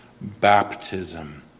baptism